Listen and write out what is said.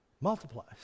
multiplies